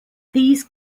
these